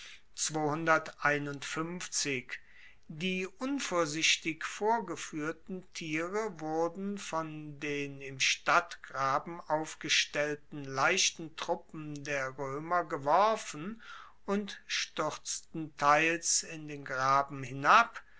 die unvorsichtig vorgefuehrten tiere wurden von den im stadtgraben aufgestellten leichten truppen der roemer geworfen und stuerzten teils in den graben hinab